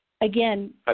again